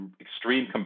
extreme